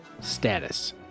status